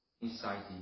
Inside